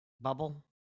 bubble